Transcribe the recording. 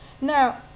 Now